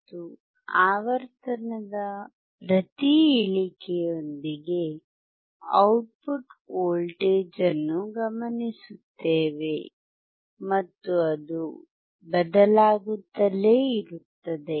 ಮತ್ತು ಆವರ್ತನದ ಪ್ರತಿ ಇಳಿಕೆಯೊಂದಿಗೆ ಔಟ್ಪುಟ್ ವೋಲ್ಟೇಜ್ ಅನ್ನು ಗಮನಿಸುತ್ತೇವೆ ಮತ್ತು ಅದು ಬದಲಾಗುತ್ತಲೇ ಇರುತ್ತದೆ